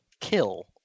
kill